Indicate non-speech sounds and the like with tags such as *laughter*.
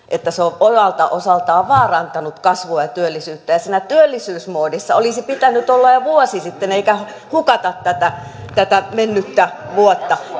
*unintelligible* että se on omalta osaltaan vaarantanut kasvua ja työllisyyttä ja siinä työllisyysmoodissa olisi pitänyt olla jo vuosi sitten eikä hukata tätä tätä mennyttä vuotta